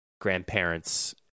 grandparents